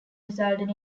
resulted